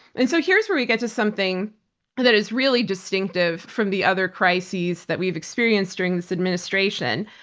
and so here's where we get to something but that is really distinctive from the other crises that we've experienced during this administration.